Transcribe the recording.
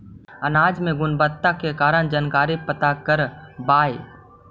अनाज मे क्या गुणवत्ता के जानकारी पता करबाय?